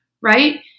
Right